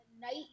night